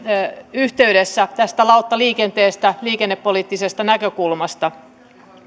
kanssa tästä lauttaliikenteestä liikennepoliittisesta näkökulmasta